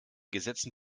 gesetzen